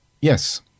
yes